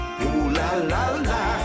ooh-la-la-la